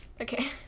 Okay